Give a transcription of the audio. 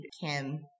Kim